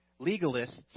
legalists